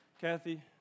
Kathy